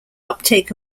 uptake